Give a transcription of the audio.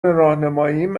راهنماییم